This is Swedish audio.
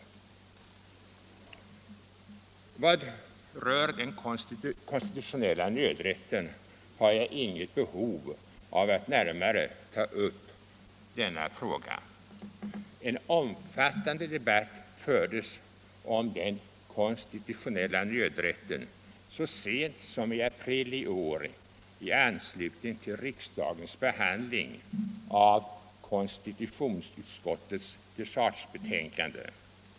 Vad rör den konstitutionella nödrätten har jag inget behov av att närmare ta upp den frågan. En omfattande debatt fördes om den konstitutionella nödrätten så sent som i april detta år i anslutning till riksdagens behandling av konstitutionsutskottets dechargebetänkande.